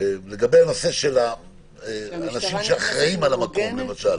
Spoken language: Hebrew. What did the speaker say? הנושא של אנשים שאחראים על המקום, למשל.